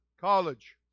college